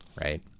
Right